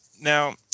Now